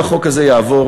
אם החוק הזה יעבור,